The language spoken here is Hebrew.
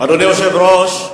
אדוני היושב-ראש,